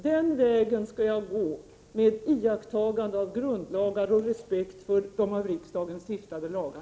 Den vägen skall jag gå, med iakttagande av grundlagar och respekt för övriga av riksdagen stiftade lagar.